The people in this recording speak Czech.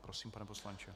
Prosím, pane poslanče.